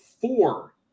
four